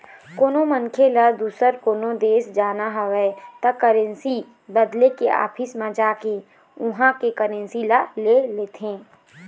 कोनो मनखे ल दुसर कोनो देश जाना हवय त करेंसी बदले के ऑफिस म जाके उहाँ के करेंसी ल ले लेथे